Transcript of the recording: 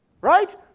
right